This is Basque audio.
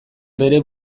bere